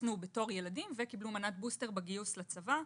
חוסנו כילדים וקיבלו מנת בוסטר בגיוס לצבא.